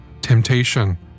temptation